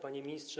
Panie Ministrze!